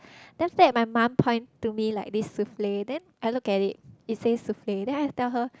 then after that my mum point to me like this souffle then I look at it it says souffle then I tell her